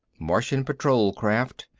martian patrol craft,